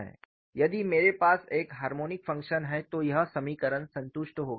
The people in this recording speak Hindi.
यदि मेरे पास एक हार्मोनिक फ़ंक्शन है तो यह समीकरण संतुष्ट होगा